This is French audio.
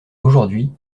aujourd’hui